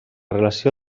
relació